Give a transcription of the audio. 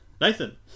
Nathan